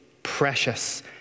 precious